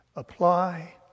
apply